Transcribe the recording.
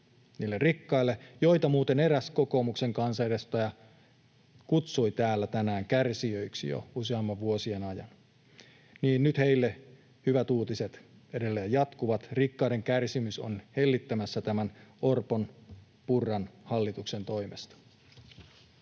niille rikkaille, joita muuten eräs kokoomuksen kansanedustaja kutsui täällä tänään kärsijöiksi jo useampien vuosien ajan. Nyt heille hyvät uutiset edelleen jatkuvat: rikkaiden kärsimys on hellittämässä tämän Orpon—Purran hallituksen toimesta.